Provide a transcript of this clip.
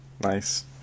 Nice